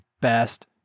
best